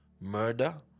murder